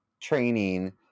training